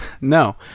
no